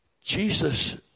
Jesus